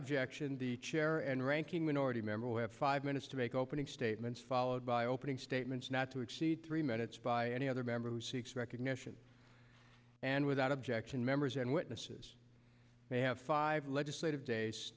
objection the chair and ranking minority member will have five minutes to make opening statements followed by opening statements not to exceed three minutes by any other member who seeks recognition and without objection members and witnesses may have five legislative days